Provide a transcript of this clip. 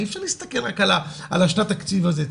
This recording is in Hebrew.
אי אפשר להסתכל רק על שנת התקציב הזאת.